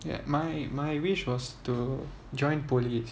ya my my wish was to join police